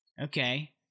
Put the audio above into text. Okay